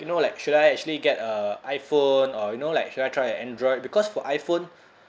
you know like should I actually get a iphone or you know like should I try a android because for iphone